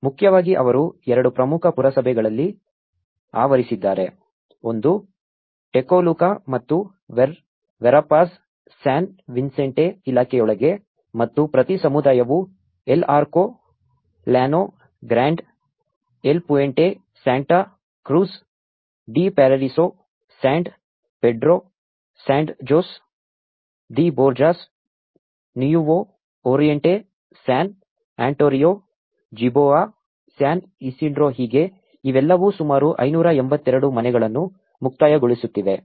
ಮುಖ್ಯವಾಗಿ ಅವರು ಎರಡು ಪ್ರಮುಖ ಪುರಸಭೆಗಳಲ್ಲಿ ಆವರಿಸಿದ್ದಾರೆ ಒಂದು ಟೆಕೊಲುಕಾ ಮತ್ತು ವೆರಾಪಾಜ್ ಸ್ಯಾನ್ ವಿಸೆಂಟೆ ಇಲಾಖೆಯೊಳಗೆ ಮತ್ತು ಪ್ರತಿ ಸಮುದಾಯವು EL Arco Llano Grande El Puente Santa Cruz de Paraiso San Pedro San Jose de Borjas Nuevo Oriente San Antonio Jiboa San Isidro ಹೀಗೆ ಇವೆಲ್ಲವೂ ಸುಮಾರು 582 ಮನೆಗಳನ್ನು ಮುಕ್ತಾಯಗೊಳಿಸುತ್ತಿವೆ